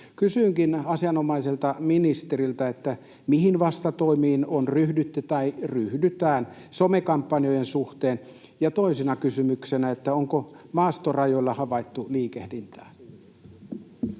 Kysynkin asianomaiselta ministeriltä: mihin vastatoimiin on ryhdytty tai ryhdytään some-kampanjoiden suhteen? Ja toisena kysymyksenä: onko maastorajoilla havaittu liikehdintää?